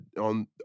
on